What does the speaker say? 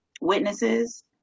witnesses